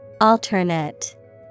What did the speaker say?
Alternate